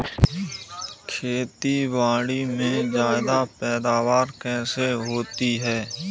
खेतीबाड़ी में ज्यादा पैदावार कैसे होती है?